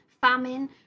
famine